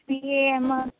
तू ये मग